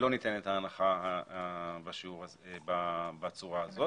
לא ניתנת ההנחה בצורה הזאת.